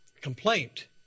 complaint